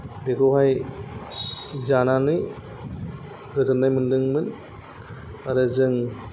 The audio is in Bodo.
बेखौहाय जानानै गोजोननाय मोन्दोंमोन आरो जों